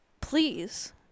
please